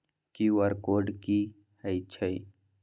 QR code कि हई छई?